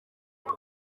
biri